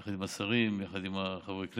יחד עם השרים, יחד עם חברי הכנסת,